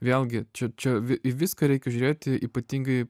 vėlgi čia čia vi į viską reikia žiūrėti ypatingai